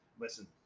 Listen